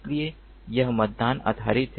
इसलिए यह मतदान आधारित है